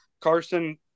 Carson –